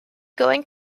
going